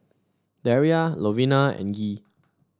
Daria Lovina and Gee